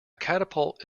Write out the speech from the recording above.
catapult